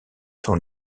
sont